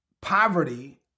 poverty